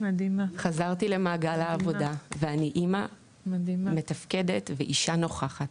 חזרתי למעגל העבודה ואני אימא מתפקדת ואישה נוכחת.